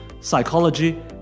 psychology